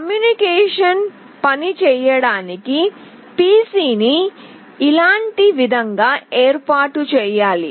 communication పనిచేయడానికి పిసిని ఇలాంటి విధంగా ఏర్పాటు చేయాలి